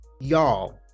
Y'all